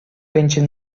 będzie